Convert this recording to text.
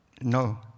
No